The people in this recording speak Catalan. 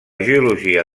geologia